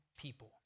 people